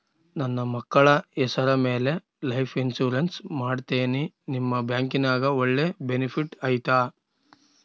ನನ್ನ ಮಕ್ಕಳ ಹೆಸರ ಮ್ಯಾಲೆ ಲೈಫ್ ಇನ್ಸೂರೆನ್ಸ್ ಮಾಡತೇನಿ ನಿಮ್ಮ ಬ್ಯಾಂಕಿನ್ಯಾಗ ಒಳ್ಳೆ ಬೆನಿಫಿಟ್ ಐತಾ?